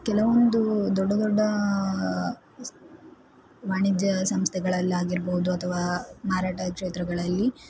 ಕೆಲವೊಂದು ದೊಡ್ಡ ದೊಡ್ಡ ವಾಣಿಜ್ಯ ಸಂಸ್ಥೆಗಳಲ್ಲಾಗಿರ್ಬೌದು ಅಥವಾ ಮಾರಾಟ ಕ್ಷೇತ್ರಗಳಲ್ಲಿ